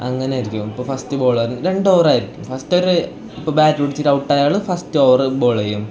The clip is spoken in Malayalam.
അങ്ങനെയായിരിക്കും ഇപ്പം ഫസ്റ്റ് ബോൾ രണ്ട് ഓവർ ആയിരിക്കും ഫസ്റ്റ് ഒരു ഇപ്പം ബാറ്റ് പിടിച്ചിട്ട് ഔട്ട് ആയ ആൾ ഫസ്റ്റ് ഓവർ ബോൾ ചെയ്യും